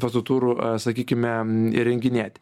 procetūrų sakykime įrenginėti